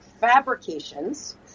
fabrications